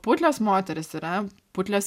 putlios moterys yra putlios